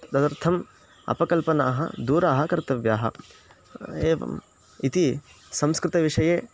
तदर्थम् अपकल्पनाः दूरीकर्तव्याः एवम् इति संस्कृतविषये